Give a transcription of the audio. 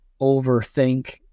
overthink